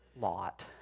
Lot